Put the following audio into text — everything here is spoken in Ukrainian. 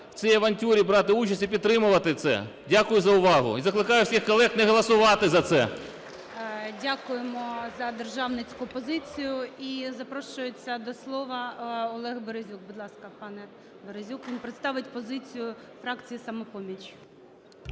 в цій авантюрі брати участь і підтримувати це. Дякую за увагу. І закликаю всіх колег не голосувати за це. ГОЛОВУЮЧИЙ. Дякуємо за державницьку позицію. І запрошується до слова Олег Березюк. Будь ласка, пане Березюк. Він представить позицію фракції "Самопоміч".